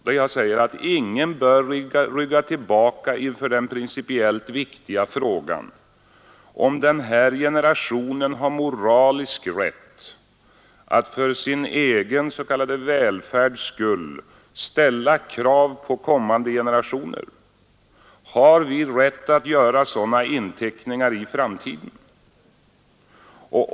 Jag har sagt att ingen bör rygga tillbaka inför den principiellt viktiga frågan om den här generationen har moralisk rätt att för sin egen s.k. välfärds skull ställa krav på kommande generationer. Har vi rätt att göra sådana inteckningar i framtiden?